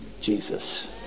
Jesus